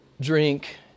drink